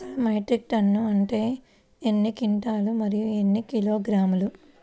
అసలు metric ton అంటే ఎన్ని క్వింటాలు మరియు ఎన్ని కిలోగ్రాములు?